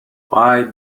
why